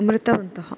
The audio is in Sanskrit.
मृतवन्तः